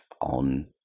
on